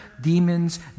demons